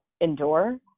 endure